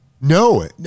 No